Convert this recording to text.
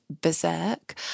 berserk